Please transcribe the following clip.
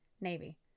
Navy